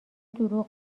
دروغ